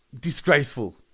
Disgraceful